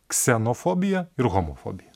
ksenofobija ir homofobija